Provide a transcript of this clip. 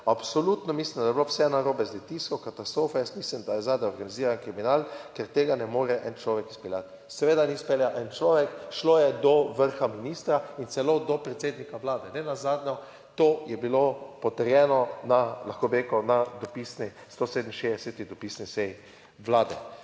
Absolutno mislim, da je bilo vse narobe z Litijsko, katastrofa. Jaz mislim, da je zadaj organiziran kriminal, ker tega ne more en človek izpeljati. Seveda ni izpeljal en človek, šlo je do vrha ministra in celo do predsednika vlade. Nenazadnje, to je bilo potrjeno na, lahko bi rekel, na dopisni, stosedeminšestdeseti